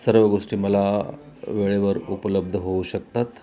सर्व गोष्टी मला वेळेवर उपलब्ध होऊ शकतात